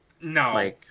No